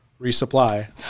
resupply